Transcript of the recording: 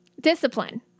Discipline